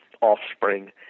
offspring